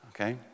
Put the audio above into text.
Okay